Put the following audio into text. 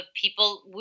people